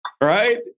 right